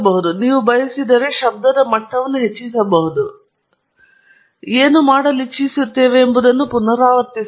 ನೀವು ಬಯಸಿದರೆ ನೀವು ಶಬ್ದದ ಮಟ್ಟವನ್ನು ಹೆಚ್ಚಿಸಬಹುದು ಮತ್ತು ನಾವು ಏನು ಮಾಡಲಿಚ್ಛಿಸುತ್ತೇವೆ ಎಂಬುದನ್ನು ಪುನರಾವರ್ತಿಸಬಹುದು